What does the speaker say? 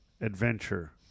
adventure